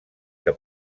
que